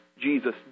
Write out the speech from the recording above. Jesus